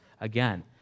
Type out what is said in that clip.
again